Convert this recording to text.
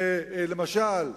למשל,